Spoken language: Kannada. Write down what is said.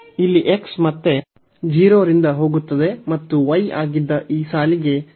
ಇಲ್ಲಿ x ಮತ್ತೆ 0 ರಿಂದ ಹೋಗುತ್ತದೆ ಮತ್ತು y ಆಗಿದ್ದ ಈ ಸಾಲಿಗೆ 3a x ಗೆ ಸಮಾನವಾಗಿರುತ್ತದೆ